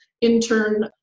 intern